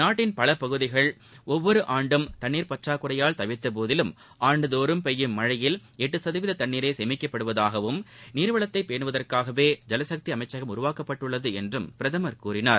நாட்டின் பல பகுதிகள் ஒவ்வொரு ஆண்டும் தண்ணீர் பற்றாக்குறையால் தவித்தபோதிலும் ஆண்டுதோறும் பெய்யும் மனழயில் எட்டு சதவீத தண்ணீரே சேமிக்கப்படுவதாகவும் நீர்வளத்தை பேனுவதற்காகவே ஜலசக்தி அமைச்சகம் உருவாக்கப்பட்டுள்ளது என்றும் பிரதமர் கூறினார்